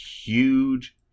huge